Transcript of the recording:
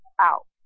out